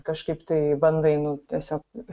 kažkaip tai bandai nu tiesiog